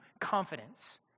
Confidence